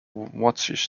watches